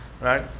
right